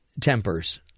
tempers